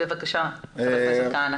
בבקשה ח"כ כהנא.